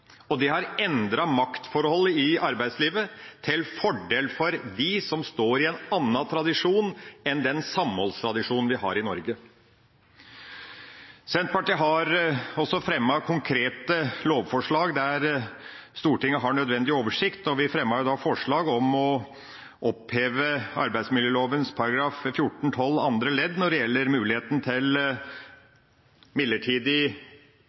og det har endret maktforholdet i arbeidslivet til fordel for dem som står i en annen tradisjon enn den samholdstradisjonen vi har i Norge. Senterpartiet har også fremmet konkrete lovforslag der Stortinget har nødvendig oversikt. Vi fremmet forslag om å oppheve arbeidsmiljøloven § 14-12 andre ledd når det gjelder muligheten til midlertidig